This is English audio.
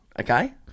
Okay